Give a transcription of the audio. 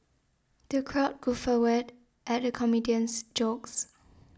the crowd guffawed at the comedian's jokes